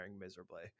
miserably